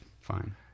fine